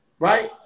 Right